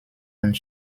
und